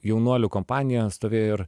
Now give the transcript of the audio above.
jaunuolių kompanija stovėjo ir